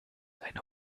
eine